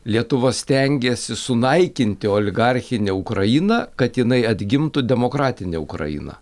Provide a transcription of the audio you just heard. lietuva stengiasi sunaikinti oligarchinę ukrainą kad jinai atgimtų demokratine ukraina